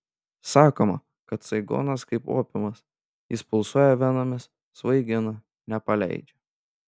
sakoma kad saigonas kaip opiumas jis pulsuoja venomis svaigina nepaleidžia